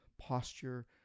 posture